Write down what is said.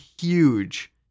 huge